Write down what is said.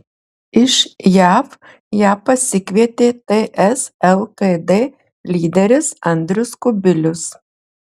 iš jav ją pasikvietė ts lkd lyderis andrius kubilius